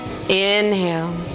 Inhale